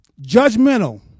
judgmental